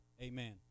Amen